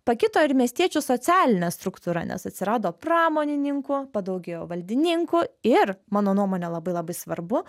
pakito ir miestiečių socialinė struktūra nes atsirado pramonininkų padaugėjo valdininkų ir mano nuomone labai labai svarbu